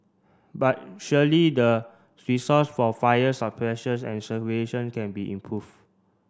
but surely the resource for fire and can be improve